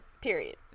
Period